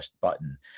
button